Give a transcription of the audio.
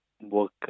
work